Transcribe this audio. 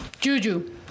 Juju